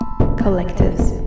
Collectives